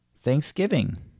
Thanksgiving